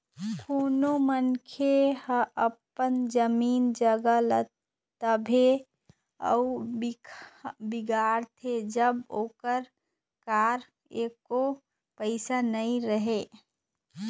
कोनो मनखे ह अपन जमीन जघा ल तभे अउ बिगाड़थे जब ओकर करा एको पइसा नइ रहय